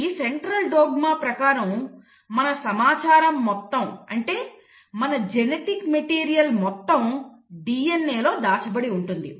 ఈ central dogma ప్రకారం మన సమాచారం మొత్తం అంటే మన జెనటిక్ మెటీరియల్ మొత్తం DNA లో దాచబడి ఉంటుంది